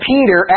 Peter